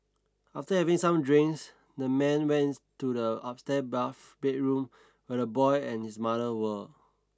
after having some drinks the man went to the upstair bath bedroom where the boy and his mother were